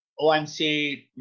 OMC